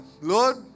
Lord